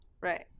Right